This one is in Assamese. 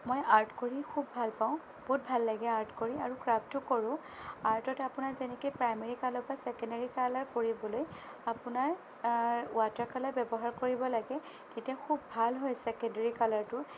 মই আৰ্ট কৰি খুব ভালপাওঁ বহুত ভাল লাগে আৰ্ট কৰি আৰু ক্ৰাফ্টো কৰোঁ আৰ্টত আপোনাৰ যেনেকৈ প্ৰাইমেৰী কালাৰৰ পৰা চেকেণ্ডেৰী কালাৰ কৰিবলৈ আপোনাৰ ৱাটাৰ কালাৰ ব্যৱহাৰ কৰিব লাগে তেতিয়া খুব ভাল হয় চেকেণ্ডেৰী কালাৰটো